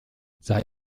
sei